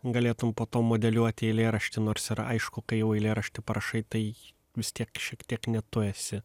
galėtum po to modeliuoti eilėraštį nors ir aišku kai jau eilėraštį parašai tai vis tiek šiek tiek ne tu esi